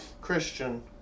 Christian